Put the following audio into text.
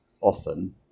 often